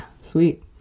sweet